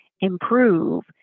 improve